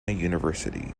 university